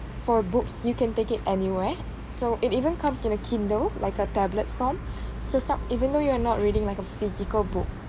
for books you can take it anywhere so it even comes in a kindle like a tablet form so some even though you are not reading like a physical book